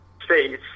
space